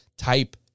type